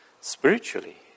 spiritually